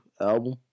album